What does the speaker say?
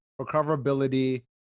recoverability